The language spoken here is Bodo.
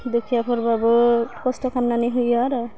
दुखियाफोरबाबो खस्थ' खालामनानै होयो आरो